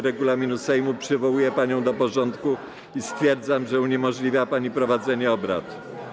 regulaminu Sejmu przywołuję panią do porządku i stwierdzam, że uniemożliwia pani prowadzenie obrad.